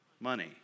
money